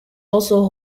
also